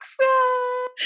cry